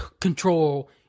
control